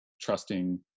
trusting